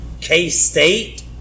K-State